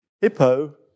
Hippo